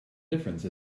difference